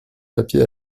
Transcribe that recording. papier